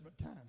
time